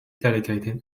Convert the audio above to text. delegated